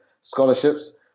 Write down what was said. scholarships